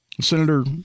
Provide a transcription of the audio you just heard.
Senator